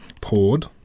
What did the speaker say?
poured